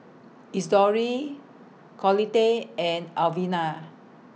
Isidore Collette and Alvina